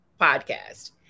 podcast